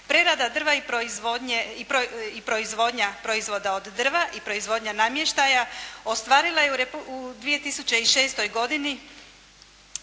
Prerada drva i proizvodnja proizvoda od drva i proizvodnja namještaja ostvarila je u 2006. godini